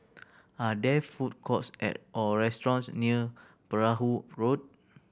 are there food courts or restaurants near Perahu Road